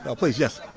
ah please yes